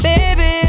Baby